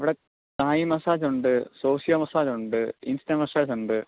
ഇവിടെ തായി മസ്സാജുണ്ട് സോഷിയൊ മസ്സാജുണ്ട് ഈസ്റ്റെ മസ്സാജുണ്ട്